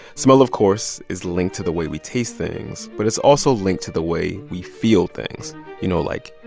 smell, of course, is linked to the way we taste things. but it's also linked to the way we feel things you know, like,